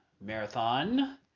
marathon